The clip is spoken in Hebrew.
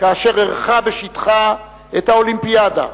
כאשר אירחה בשטחה את האולימפיאדה,